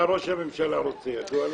מה ראש הממשלה רוצה, ידוע לך?